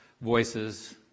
voices